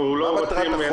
מהי מטרת החוק?